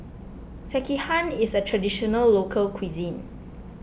Sekihan is a Traditional Local Cuisine